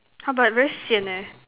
!huh! but very sian eh